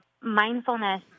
mindfulness